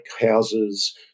houses